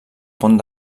pont